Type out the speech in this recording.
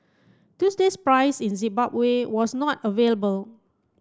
Tuesday's price in Zimbabwe was not available